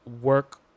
work